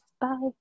Bye